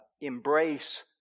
embrace